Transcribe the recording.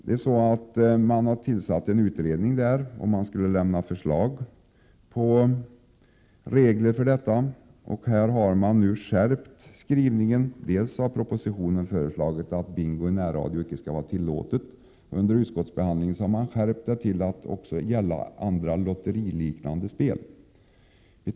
Det har tillsatts en utredning med uppdrag att lämna förslag om regler för dessa spel i närradion. Propositionen föreslår att bingospel i närradion inte skall vara tillåtet. Utskottet har skärpt bestämmelserna till att avse även andra, lotteriliknande spel.